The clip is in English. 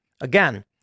Again